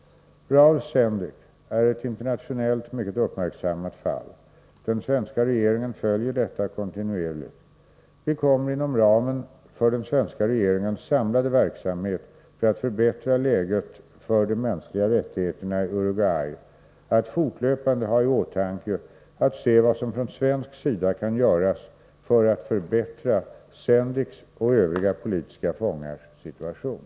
Raul Sendic är ett internationellt mycket uppmärksammat fall. Den svenska regeringen följer detta kontinuerligt. Vi kommer inom ramen för den svenska regeringens samlade verksamhet för att förbättra läget för de mänskliga rättigheterna i Uruguay att fortlöpande ha i åtanke att se vad som från svensk sida kan göras för att förbättra Sendics och övriga politiska fångars situation.